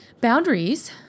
Boundaries